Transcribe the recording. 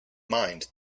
mind